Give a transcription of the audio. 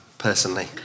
Personally